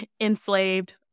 enslaved